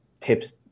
tips